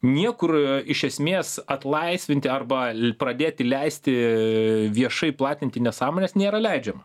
niekur iš esmės atlaisvinti arba pradėti leisti viešai platinti nesąmones nėra leidžiama